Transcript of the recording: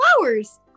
flowers